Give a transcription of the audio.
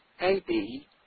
AB